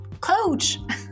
coach